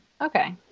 okay